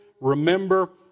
Remember